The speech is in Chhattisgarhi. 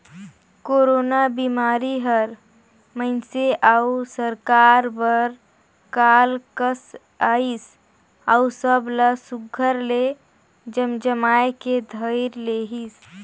कोरोना बिमारी हर मइनसे अउ सरकार बर काल कस अइस अउ सब ला सुग्घर ले जमजमाए के धइर लेहिस